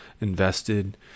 invested